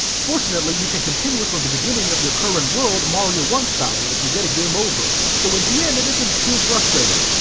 fortunately, you can continue from the beginning of your current world mario one style if you get a game over, so in the end it isn't too frustrating.